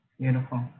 beautiful